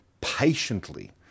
patiently